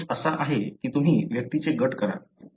approach असा आहे की तुम्ही व्यक्तींचे गट करा